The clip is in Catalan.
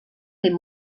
fer